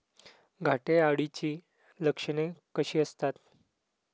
घाटे अळीची लक्षणे कशी असतात?